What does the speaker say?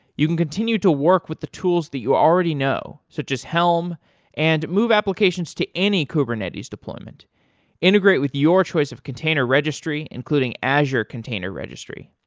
you can continue to work with the tools that you already know, so just helm and move applications to any kubernetes deployment integrate with your choice of container registry, including azure container registry.